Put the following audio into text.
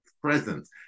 presence